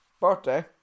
birthday